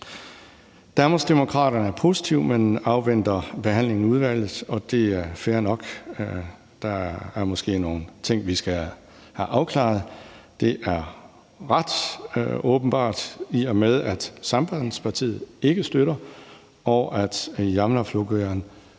Danmarksdemokraterne er positive, men afventer behandlingen i udvalget, og det er fair nok. Der er måske nogle ting, vi skal have afklaret; det er ret åbenbart, i og med at Sambandspartiet ikke støtter forslaget,